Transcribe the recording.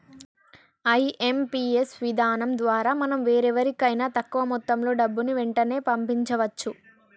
IMPS విధానం ద్వారా మనం వేరెవరికైనా తక్కువ మొత్తంలో డబ్బుని వెంటనే పంపించవచ్చు